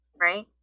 Right